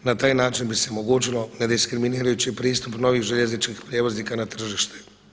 Na taj način bi se omogućilo nediskriminirajući pristup novih željezničkih prijevoznika na tržište.